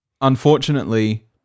unfortunately